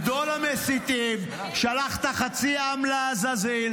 אתה גדול המסיתים פה בבית הזה.